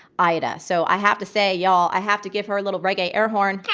ida. so i have to say, y'all, i have to give her a little reggae air horn.